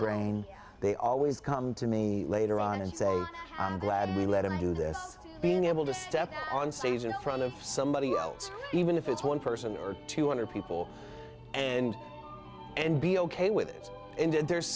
brain they always come to me later on and so i'm glad we let him do this being able to step on stage in front of somebody out even if it's one person or two hundred people and and be ok with it indeed there's